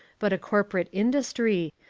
but corporate industry,